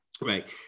right